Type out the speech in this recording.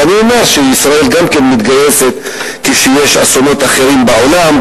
גם ישראל מתגייסת כשיש אסונות אחרים בעולם,